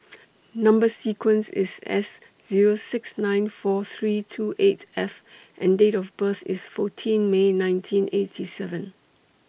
Number sequence IS S Zero six nine four three two eight F and Date of birth IS fourteen May nineteen eighty seven